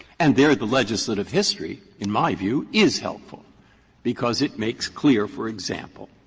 and there the legislative history in my view is helpful because it makes clear, for example,